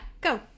go